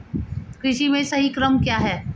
कृषि में सही क्रम क्या है?